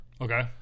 Okay